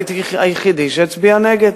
הייתי היחידי שהצביע נגד.